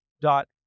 dot